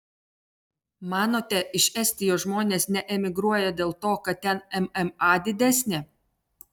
manote iš estijos žmonės neemigruoja dėl to kad ten mma didesnė